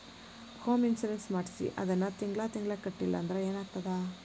Home insurance ಮಾಡ್ಸಿ ಅದನ್ನ ತಿಂಗ್ಳಾ ತಿಂಗ್ಳಾ ಕಟ್ಲಿಲ್ಲಾಂದ್ರ ಏನಾಗ್ತದ?